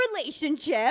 relationship